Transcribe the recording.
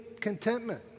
contentment